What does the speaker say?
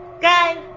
Guys